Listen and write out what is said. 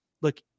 look